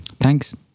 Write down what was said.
Thanks